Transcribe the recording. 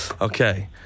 Okay